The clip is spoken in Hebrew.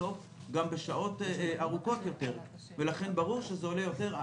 שלו גם בשעות ארוכות יותר ולכן ברור שזה עולה יותר.